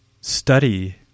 study